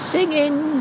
Singing